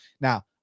Now